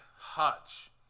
Hutch